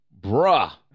bruh